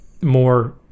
more